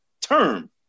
term